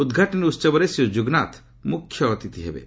ଉଦ୍ଘାଟନୀ ଉହବରେ ଶ୍ରୀ କୁଗନାଥ୍ ମୁଖ୍ୟ ଅତିଥି ହେବେ